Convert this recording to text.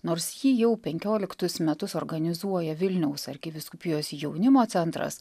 nors jį jau penkioliktus metus organizuoja vilniaus arkivyskupijos jaunimo centras